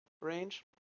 range